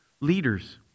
leaders